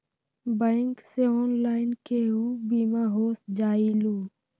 Bank से online केहु बिमा हो जाईलु?